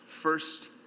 first